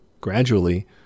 gradually